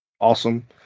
awesome